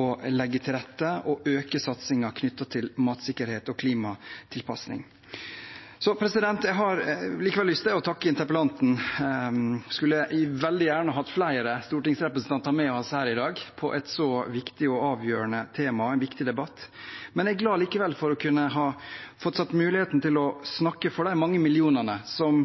å legge til rette og øke satsingen knyttet til matsikkerhet og klimatilpasning. Jeg har likevel lyst til å takke interpellanten. Jeg skulle veldig gjerne hatt flere stortingsrepresentanter med oss her i dag til et så viktig og avgjørende tema og i en så viktig debatt. Jeg er likevel glad for å kunne ha fått muligheten til å snakke for de mange millionene som